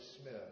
Smith